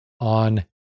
on